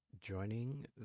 joining